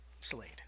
Slade